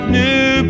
new